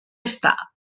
està